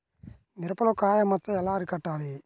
మిరపలో కాయ మచ్చ ఎలా అరికట్టాలి?